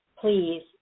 Please